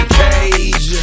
cage